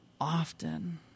often